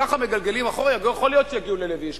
ככה מגלגלים אחורה ואחורה ויכול להיות שיגיעו ללוי אשכול.